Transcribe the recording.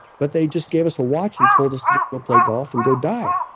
but they just gave us a watch and told us to go play golf and go die.